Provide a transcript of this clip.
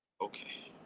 Okay